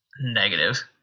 Negative